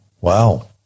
Wow